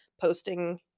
posting